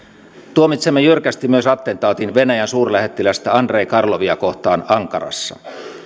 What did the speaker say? tuomitsemme jyrkästi myös attentaatin venäjän suurlähettilästä andrei karlovia kohtaan ankarassa